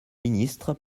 ministre